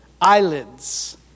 eyelids